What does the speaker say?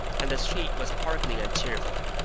and the street was sparkling and cheerful.